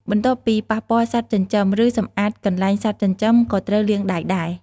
បន្ទាប់ពី ប៉ះពាល់សត្វចិញ្ចឹម ឬសំអាតកន្លែងសត្វចិញ្ចឹម ក៏ត្រូវលាងដៃដែរ។